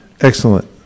Excellent